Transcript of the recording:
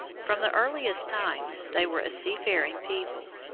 from the earliest times they were a sea-faring people.